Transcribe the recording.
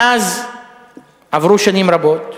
מאז עברו שנים רבות,